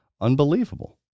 unbelievable